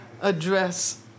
address